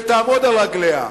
ותעמוד על רגליה.